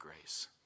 grace